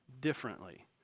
differently